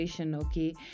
okay